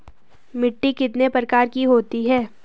मिट्टी कितने प्रकार की होती है?